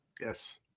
Yes